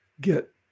get